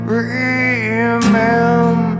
remember